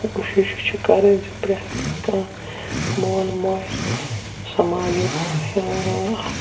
کوٗشِش چھِ کَرٕنۍ زِ پرٮ۪تھ کانٛہہ مول موج سماجُک یا